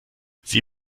sie